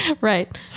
Right